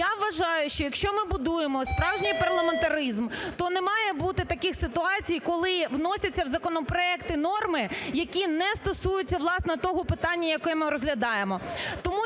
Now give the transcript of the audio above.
Я вважаю, що якщо ми будуємо справжній парламентаризм, то не має бути таких ситуацій, коли вносяться в законопроекти норми, які не стосуються, власне, того питання, яке ми розглядаємо.